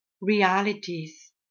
realities